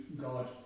god